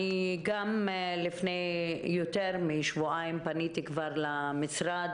אני גם לפני יותר משבועיים פניתי כבר למשרד,